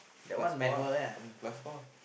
plus four ah plus four